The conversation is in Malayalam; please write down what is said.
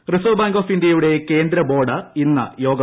റിസർവ് ബാങ്ക് ഓഫ് ഇന്ത്യയുടെ കേന്ദ്ര ബോർഡ് ഇന്ന് യോഗം ചേരും